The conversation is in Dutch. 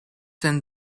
zijn